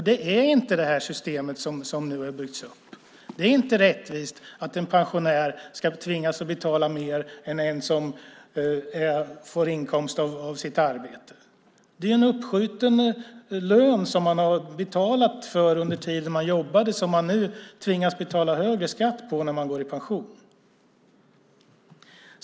Det är inte det system som nu har byggts upp. Det är inte rättvist att en pensionär ska tvingas betala mer än en som får inkomst av sitt arbete. Det är en uppskjuten lön som man har betalat för under tiden man jobbade som man nu tvingas betala högre skatt på när man går i pension.